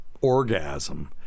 orgasm